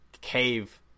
cave